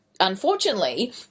Unfortunately